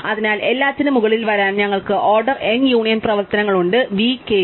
അതിനാൽ എല്ലാറ്റിനും മുകളിൽ വരാൻ ഞങ്ങൾക്ക് ഓർഡർ n യൂണിയൻ പ്രവർത്തനങ്ങൾ ഉണ്ട് v k യും